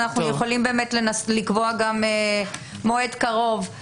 אנחנו יכולים לקבוע מועד קרוב.